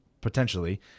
potentially